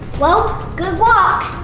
well, good luck.